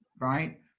right